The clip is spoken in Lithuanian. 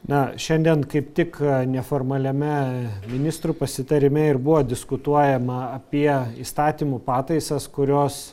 na šiandien kaip tik neformaliame ministrų pasitarime ir buvo diskutuojama apie įstatymų pataisas kurios